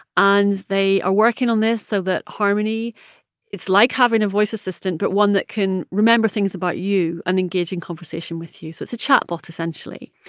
and they are working on this so that harmony it's like having a voice assistant but one that can remember things about you and engage in conversation with you. so it's a chatbot essentially.